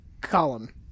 column